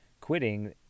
quitting